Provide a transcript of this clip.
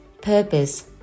purpose